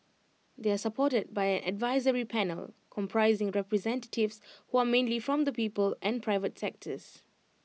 they are supported by an advisory panel comprising representatives who are mainly from the people and private sectors